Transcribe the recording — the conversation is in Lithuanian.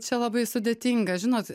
čia labai sudėtinga žinot